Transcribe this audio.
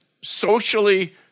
socially